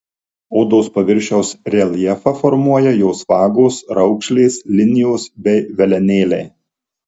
odos paviršiaus reljefą formuoja jos vagos raukšlės linijos bei velenėliai